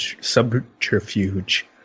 subterfuge